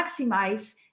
maximize